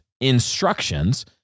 instructions